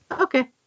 Okay